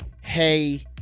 hey